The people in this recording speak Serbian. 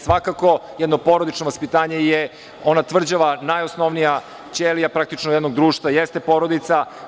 Svakako, jedno porodično vaspitanje je ona tvrđava, najosnovnija ćelija, praktično jednog društva, jeste porodica.